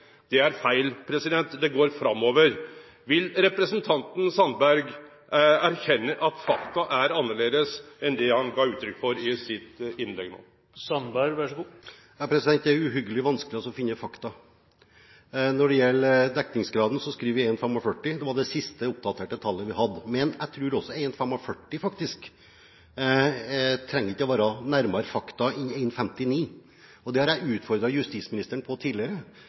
Det er feil. Det går framover. Vil representanten Sandberg erkjenne at fakta er annleis enn det han gav uttrykk for i sitt innlegg nå? Det er uhyggelig vanskelig å finne fakta. Når det gjelder dekningsgraden, skriver vi 1,45. Det var det siste oppdaterte tallet vi hadde. Men jeg tror 1,45 faktisk ikke trenger å være nærmere fakta enn 1,59. Det har jeg utfordret justisministeren på tidligere,